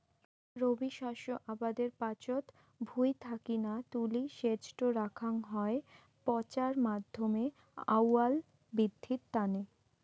রবি শস্য আবাদের পাচত ভুঁই থাকি না তুলি সেজটো রাখাং হই পচার মাধ্যমত আউয়াল বিদ্ধির তানে